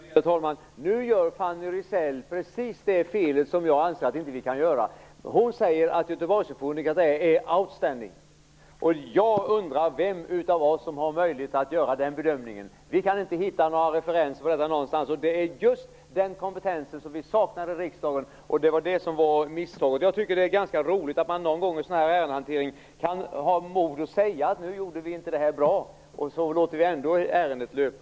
Värderade talman! Nu gör Fanny Rizell precis det fel som jag anser att vi inte kan göra. Hon säger att Göteborgssymfonikerna är outstanding. Jag undrar vem av oss som har möjlighet att göra den bedömningen. Vi kan inte hitta några referenser för detta någonstans. Det är just den kompetensen vi saknar i riksdagen, och det var det som var misstaget. Jag tycker att det är ganska roligt att man någon gång i sådan här ärendehantering kan ha modet att säga att nu gjorde vi inte det här bra - och sedan låter vi ändå ärendet löpa.